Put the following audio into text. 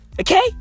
Okay